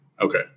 Okay